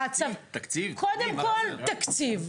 אמרת שזה מחייב בצה"ל ו --- זה מכוח הוראות הפיקוד העליון של הצבא.